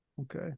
Okay